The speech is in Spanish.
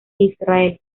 israel